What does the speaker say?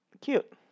cute